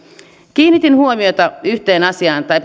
kiinnitin huomiota yhteen asiaan tai